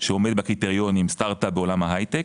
שעומד בקריטריונים סטראט אפ בעולם ההייטק.